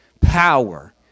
power